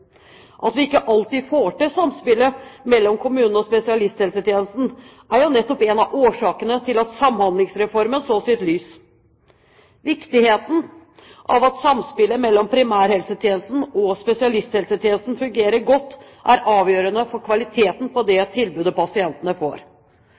At vi ikke alltid får til samspillet mellom kommunen og spesialisthelsetjenesten, er nettopp en av årsakene til at Samhandlingsreformen så dagens lys. Viktigheten av at samspillet mellom primærhelsetjenesten og spesialisthelsetjenesten fungerer godt, er avgjørende for kvaliteten på det